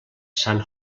san